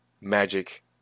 magic